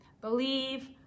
believe